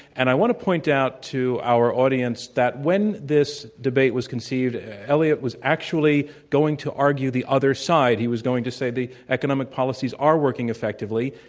and i want to point out to our audience that when this debate was conceived, eliot was actually going to argue the other side. he was going to say the economic policies are working effectively.